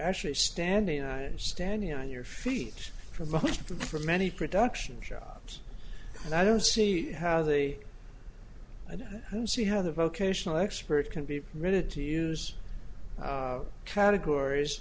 actually standing and standing on your feet for most of them for many production jobs and i don't see how they i don't see how the vocational expert can be permitted to use categories